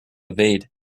evade